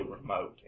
remote